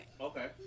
Okay